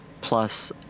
plus